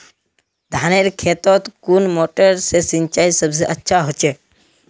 धानेर खेतोत कुन मोटर से सिंचाई सबसे अच्छा होचए?